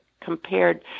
compared